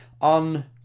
on